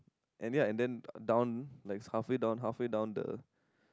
and then and then down like halfway down halfway down the